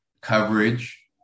coverage